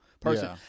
person